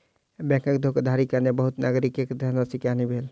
बैंकक धोखाधड़ीक कारणेँ बहुत नागरिकक धनराशि के हानि भेल